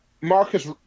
Marcus